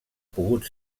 pogut